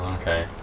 Okay